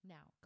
Now